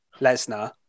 Lesnar